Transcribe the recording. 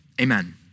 Amen